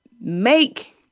make